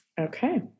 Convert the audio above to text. Okay